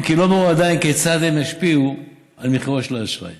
אם כי לא ברור עדיין כיצד הם ישפיעו על מחירו של האשראי